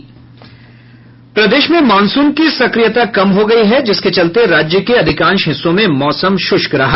प्रदेश में मानसून की सक्रियता कम हो गयी है जिसके चलते राज्य के अधिकांश हिस्सों में मौसम शुष्क रहा